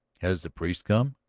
has the priest come?